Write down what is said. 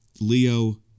leo